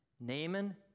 Naaman